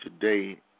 today